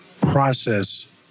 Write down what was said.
process